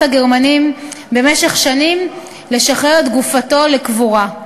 הגרמניים במשך שנים לשחרר את גופתו לקבורה.